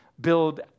build